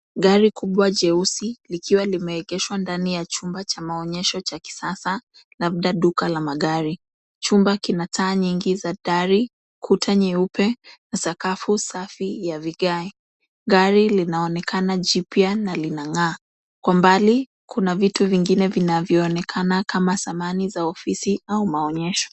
Gari kubwa jeusi likiwa limeegeshwa ndani ya chumba cha maonyesho cha kisasa, labda duka la magari. Chumba kina taa nyingi za dari, kuta nyeupe, sakafu safi ya vigae. Gari linaonekana jipya na lina ng'aa. Kwa mbali kuna vitu vingine vinavyoonekana kama samani za ofisi au maonyesho.